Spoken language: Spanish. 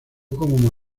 como